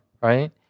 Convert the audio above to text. right